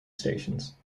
stations